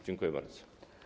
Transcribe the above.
Dziękuję bardzo.